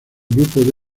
grupo